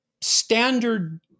standard